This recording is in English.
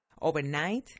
Overnight